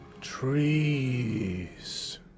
Trees